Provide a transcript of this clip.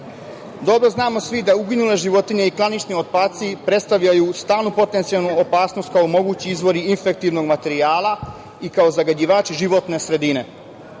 dobro znamo da uginule životinje i klanični otpaci predstavljaju stalnu potencijalnu opasnost kao mogući izvori infektivnog materijala i kao zagađivači životne sredine. Širenje